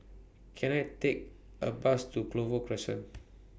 Can I Take A Bus to Clover Crescent